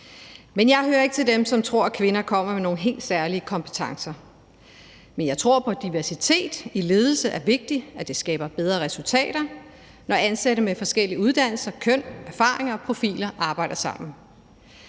Jeg hører ikke til dem, som tror, at kvinder kommer med nogle helt særlige kompetencer. Men jeg tror på, at diversitet i ledelse er vigtigt, og at det skaber bedre resultater, når ansatte med forskellige uddannelser, køn, erfaringer og profiler arbejder sammen.